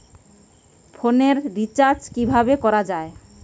ফোনের রিচার্জ কিভাবে করা যায়?